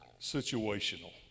situational